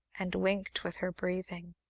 and winked with her breathing.